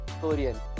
Korean